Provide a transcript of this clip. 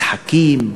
משחקים,